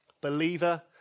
Believer